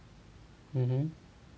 mmhmm